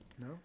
no